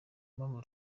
mpamvu